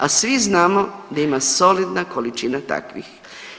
A svi znamo da ima solidna količina takvih.